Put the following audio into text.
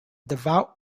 devout